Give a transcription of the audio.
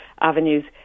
avenues